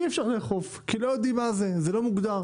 אי אפשר לאכוף כי לא יודעים מה זה כי זה לא מוגדר.